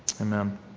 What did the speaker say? Amen